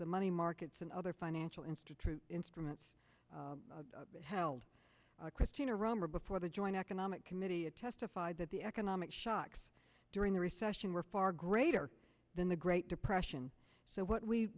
the money markets and other financial institute instruments held christina romer before the joint economic committee a testified that the economic shocks during the recession were far greater than the great depression so what we